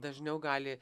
dažniau gali